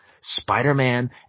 Spider-Man